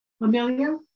Amelia